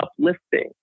uplifting